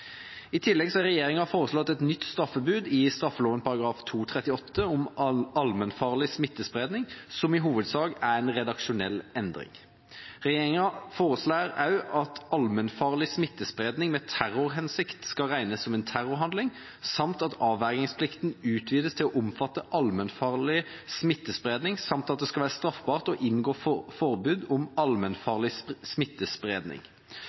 I tillegg har regjeringa foreslått et nytt straffebud i straffeloven § 238 om allmennfarlig smittespredning, som i hovedsak er en redaksjonell endring. Regjeringa foreslår også at allmennfarlig smittespredning med terrorhensikt skal regnes som en terrorhandling, at avvergingsplikten utvides til å omfatte allmennfarlig smittespredning, samt at det skal være straffbart å inngå forbund om allmennfarlig smittespredning.